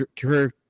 career